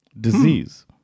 disease